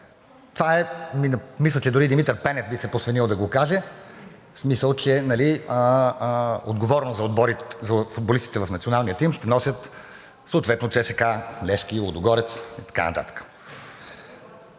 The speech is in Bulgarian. за тях. Мисля, че дори Димитър Пенев би се посвенил да го каже в смисъл, че отговорност за футболистите в националния тим ще носят съответно ЦСКА, „Левски“, „Лудогорец“ и така нататък.